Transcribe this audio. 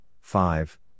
five